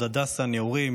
הדסה נעורים,